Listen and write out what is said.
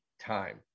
time